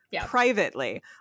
privately